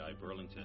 Burlington